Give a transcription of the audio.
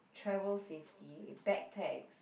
travel safety bagpacks